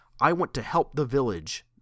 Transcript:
I-want-to-help-the-village